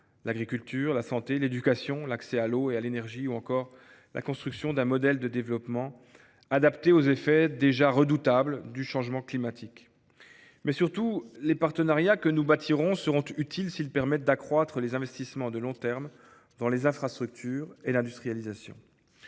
l’agriculture, la santé, l’éducation, l’accès à l’eau et à l’énergie, ou encore la construction d’un modèle de développement adapté aux effets déjà redoutables du changement climatique. Surtout, les partenariats que nous bâtirons seront utiles s’ils permettent d’accroître les investissements de long terme dans les infrastructures et l’industrialisation.